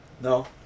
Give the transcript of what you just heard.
No